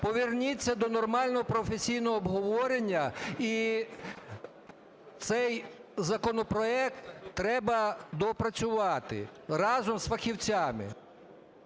поверніться до нормального, професійного обговорення. І цей законопроект треба доопрацювати разом з фахівцями.